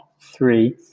three